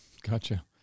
Gotcha